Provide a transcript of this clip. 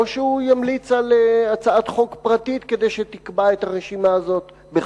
או שהוא ימליץ על הצעת חוק פרטית כדי שתקבע את הרשימה הזאת בחוק.